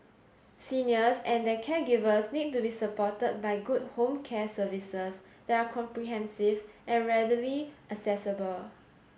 seniors and their caregivers need to be supported by good home care services that are comprehensive and readily accessible